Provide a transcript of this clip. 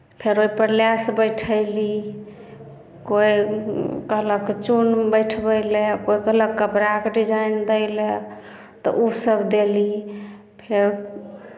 फेर ओहिपर लैस बैठयली कोइ कहलक चून बैठबै लए कोइ कहलक कपड़ाके डिजाइन दै लए तऽ ओसभ देली फेर